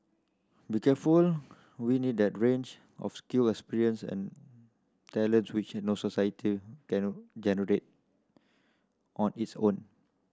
be careful we'll need that range of skill and experience and talents which no society generate on its own